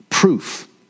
proof